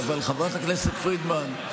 אבל חברת הכנסת פרידמן,